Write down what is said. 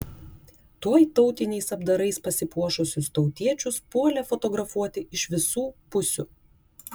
tuoj tautiniais apdarais pasipuošusius tautiečius puolė fotografuoti iš visų pusių